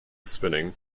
spinning